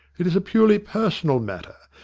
it is a purely personal matter,